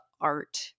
art